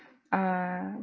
err